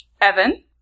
Evan